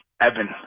Evan